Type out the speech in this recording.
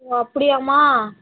ஓ அப்படியாமா